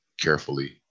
carefully